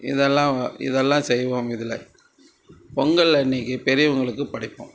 இதெல்லாம் இதெல்லாம் செய்வோம் இதில் பொங்கல் அன்னைக்கு பெரியவங்களுக்கு படைப்போம்